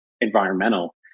environmental